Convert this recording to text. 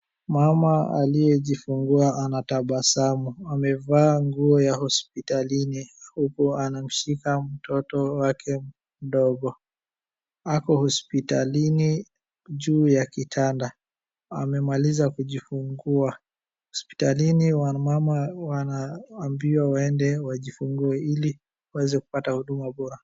Mama aliyejifungua anatabasamu amevaa nguo ya hospitalini huku anamshika mtoto wake mdogo, ako hospitalini juu ya kitanda amemaliza kujifungua , hospitalini wamama wanaaambiwa waende wajifungue ili waweze kupata huduma bora.